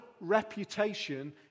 reputation